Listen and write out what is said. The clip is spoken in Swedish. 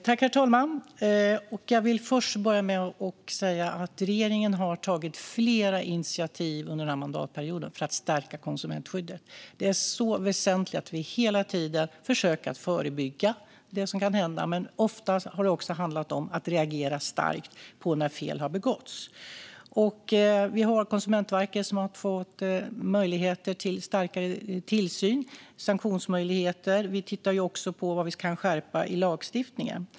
Herr talman! Regeringen har tagit flera initiativ under mandatperioden för att stärka konsumentskyddet. Det är mycket väsentligt att vi hela tiden försöker förebygga sådant som kan hända, men ofta har det också handlat om att reagera starkt när fel har begåtts. Konsumentverket har fått möjligheter till starkare tillsyn och sanktionsmöjligheter. Vi tittar också på hur vi kan skärpa lagstiftningen.